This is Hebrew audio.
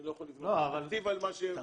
אני לא יכול לבנות תקציב על מה --- לא,